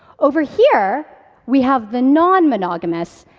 over here we have the non-monogamous,